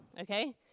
okay